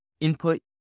input